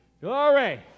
Glory